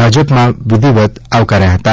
ભાજપમાં વિધિવત આવકાર્યા હતાં